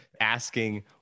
asking